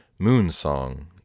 Moonsong